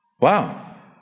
Wow